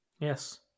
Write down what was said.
Yes